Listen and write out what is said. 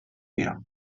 بیا